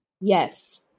Yes